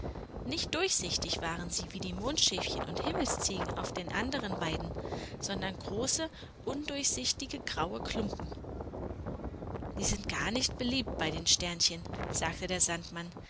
nicht durchsichtig waren sie wie die mondschäfchen und himmelsziegen auf den anderen weiden sondern große undurchsichtige graue klumpen sie sind gar nicht beliebt bei den sternchen sagte der sandmann